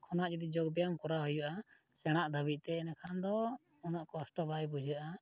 ᱠᱷᱚᱱᱟᱜ ᱡᱩᱫᱤ ᱡᱳᱜᱽᱵᱮᱭᱟᱢ ᱠᱚᱨᱟᱣ ᱦᱩᱭᱩᱜᱼᱟ ᱥᱮᱬᱟᱜ ᱫᱷᱟᱹᱵᱤᱡ ᱛᱮ ᱤᱱᱟᱹᱠᱷᱟᱱ ᱫᱚ ᱩᱱᱟᱹᱜ ᱠᱚᱥᱴᱚ ᱵᱟᱭ ᱵᱩᱡᱷᱟᱹᱜᱼᱟ